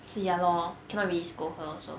so ya lor cannot be scold her also